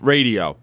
Radio